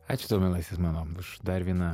ačiū tau mielasis mano už dar vieną